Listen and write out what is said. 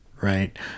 right